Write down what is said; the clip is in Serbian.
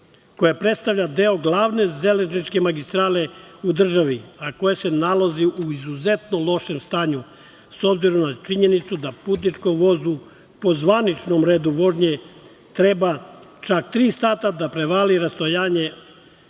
koja predstavlja deo glavne železničke magistrale u državi, a koja se nalazi u izuzetno lošem stanju, s obzirom na činjenicu da putničkom vozu po zvaničnom redu vožnje treba čak tri sata da prevali rastojanje